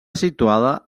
situada